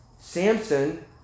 Samson